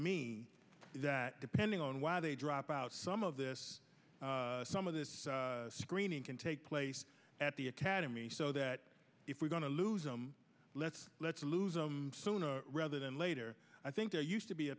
me that depending on why they drop out some of this some of this screening can take place at the academy so that if we're going to lose them let's let's lose them sooner rather than later i think they're used to be a